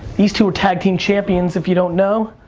these two are tag-team champions if you don't know.